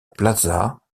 plaza